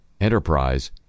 enterprise